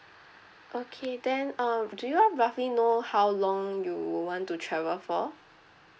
okay then um do you all roughly know how long you want to travel for